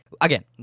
again